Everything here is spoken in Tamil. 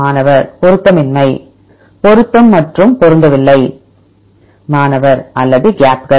மாணவர் பொருத்தமின்மை பொருத்தம் மற்றும் பொருந்தவில்லை மாணவர் அல்லது கேப்கள்